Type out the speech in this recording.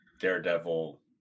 Daredevil